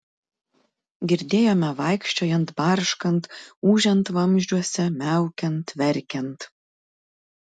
girdėjome vaikščiojant barškant ūžiant vamzdžiuose miaukiant verkiant